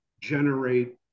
generate